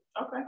okay